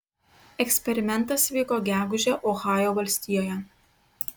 eksperimentas vyko gegužę ohajo valstijoje